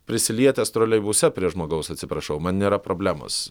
prisilietęs troleibuse prie žmogaus atsiprašau man nėra problemos